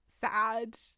sad